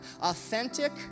authentic